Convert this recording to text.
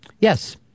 Yes